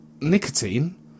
nicotine